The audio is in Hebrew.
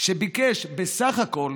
שביקש בסך הכול